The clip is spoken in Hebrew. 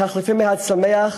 תחליפים מהצומח,